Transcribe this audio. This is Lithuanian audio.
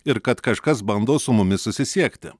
ir kad kažkas bando su mumis susisiekti